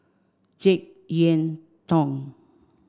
Jek Yeun Thong